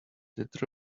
that